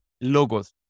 logos